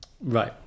right